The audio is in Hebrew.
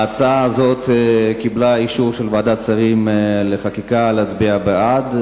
ההצעה הזאת קיבלה אישור של ועדת שרים לחקיקה להצביע בעד.